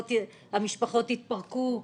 המשפחות התפרקו,